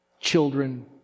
children